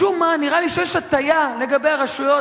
משום מה נראה לי שיש הטיה לגבי הרשויות